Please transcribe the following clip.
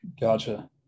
Gotcha